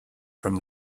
from